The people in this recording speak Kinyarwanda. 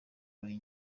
buri